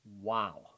Wow